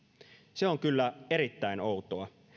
se on kyllä erittäin outoa